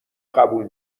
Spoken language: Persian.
قبول